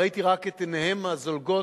ראיתי רק את עיניהם הזולגות